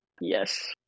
Yes